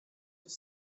have